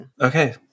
Okay